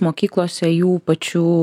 mokyklose jų pačių